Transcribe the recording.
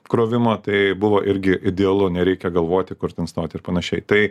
krovimo tai buvo irgi idealu nereikia galvoti kur ten stoti ir panašiai tai